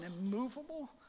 immovable